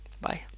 bye